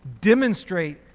demonstrate